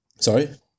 Sorry